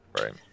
right